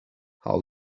how